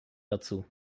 dazu